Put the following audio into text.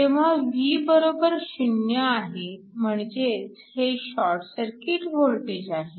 जेव्हा V 0 आहे म्हणजेच हे शॉर्ट सर्किट वोल्टेज आहे